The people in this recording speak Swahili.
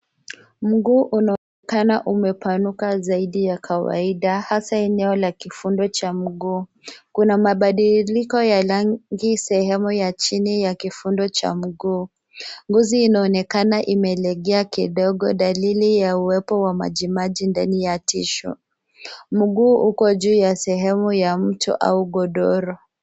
Mguu unaonekana umepanuka zaidi ya kawaida, hasa eneo la kifundo cha mguu. Kuna mabadiliko ya rangi sehemu ya chini ya kifundo cha mguu. Ngozi inaonekana imelegea kidogo, dalili ya uwepo wa majimaji ndani ya tissue . Mguu uko juu ya sehemu ya mto au godoro.